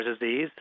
disease